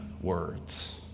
words